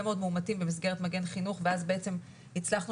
מאוד מאומתים במסגרת מגן חינוך ואז בעצם הצלחנו